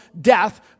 death